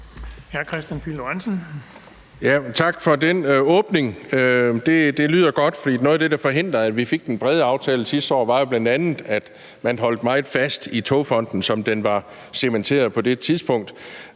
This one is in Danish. Tak for den åbning. Det lyder godt, for noget af det, der forhindrede, at vi fik den brede aftale sidste år, var jo bl.a., at man holdt meget fast i Togfonden DK, som den var cementeret på det tidspunkt.